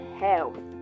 health